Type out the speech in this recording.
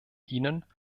ihnen